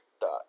dot